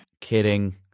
Kidding